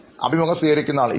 അഭിമുഖം സ്വീകരിക്കുന്നയാൾ ഇല്ല